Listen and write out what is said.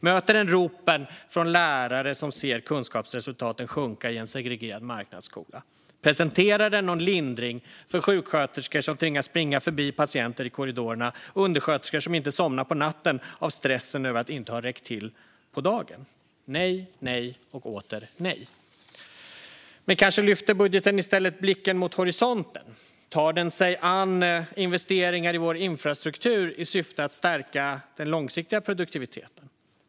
Möter den ropen från lärare som ser kunskapsresultaten sjunka i en segregerad marknadsskola? Presenterar den någon lindring för sjuksköterskor som tvingas springa förbi patienter i korridorerna eller undersköterskor som inte somnar på natten på grund av stressen över att inte ha räckt till på dagen? Nej, nej och åter nej. Men kanske lyfter budgeten i stället blicken mot horisonten? Tar den sig an investeringar i vår infrastruktur i syfte att stärka den långsiktiga produktiviteten?